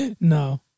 No